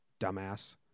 dumbass